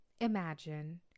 Imagine